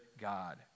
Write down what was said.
god